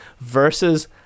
versus